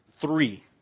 Three